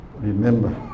Remember